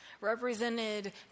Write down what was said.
represented